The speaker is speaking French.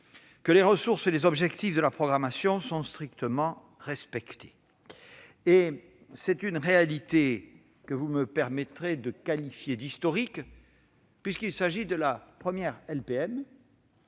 que les ressources et les objectifs de la programmation sont strictement respectés. C'est vrai ! C'est une réalité que vous me permettrez de qualifier d'historique, puisqu'il s'agit de la première LPM